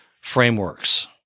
frameworks